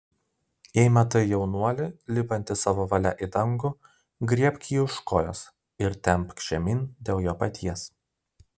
jei matai jaunuolį lipantį savo valia į dangų griebk jį už kojos ir temk žemyn dėl jo paties